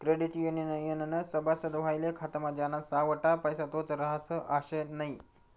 credit युनियननं सभासद व्हवाले खातामा ज्याना सावठा पैसा तोच रहास आशे नै